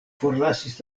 forlasis